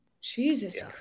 jesus